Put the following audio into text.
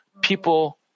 people